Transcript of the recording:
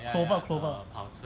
clover clover